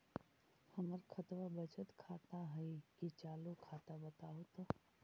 हमर खतबा बचत खाता हइ कि चालु खाता, बताहु तो?